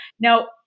Now